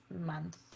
month